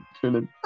feeling